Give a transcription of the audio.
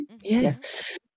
Yes